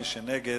מי שנגד,